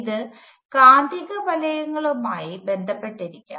ഇത് കാന്തികവലയങ്ങളുമായി ബന്ധപ്പെട്ടിരിക്കാം